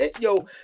Yo